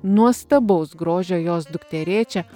nuostabaus grožio jos dukterėčia